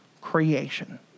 creation